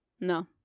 no